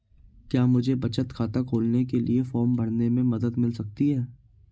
क्या मुझे बचत खाता खोलने के लिए फॉर्म भरने में मदद मिल सकती है?